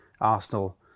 Arsenal